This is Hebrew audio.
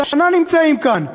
שנה נמצאים כאן,